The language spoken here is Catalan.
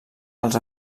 als